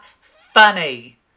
funny